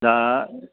दा